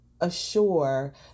assure